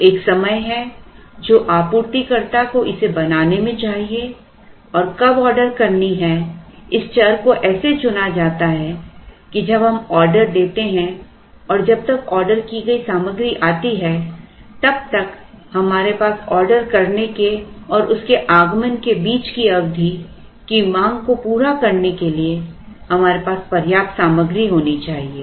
तो एक समय है जो आपूर्तिकर्ता को इसे बनाने में चाहिए और कब ऑर्डर करनी है इस चर को ऐसे चुना जाता है कि जब हम ऑर्डर देते हैं और जब तक ऑर्डर की गई सामग्री आती है तब तक हमारे पास ऑर्डर करने के और उसके आगमन के बीच की अवधि की मांग को पूरा करने के लिए हमारे पास पर्याप्त सामग्री होनी चाहिए